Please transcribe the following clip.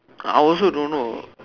I also don't know